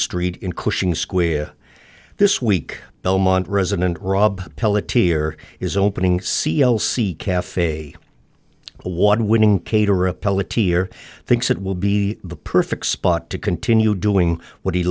street in cushing square this week belmont resident rob pelletier is opening c l c cafe award winning caterer appellate tier thinks it will be the perfect spot to continue doing what he